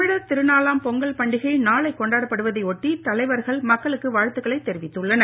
தமிழர் திருநாளாம் பொங்கல் பண்டிகை நாளை கொண்டாடப் படுவதையொட்டி தலைவர்கள் மக்களுக்கு வாழ்த்துகளை தெரிவித்துள்ளனர்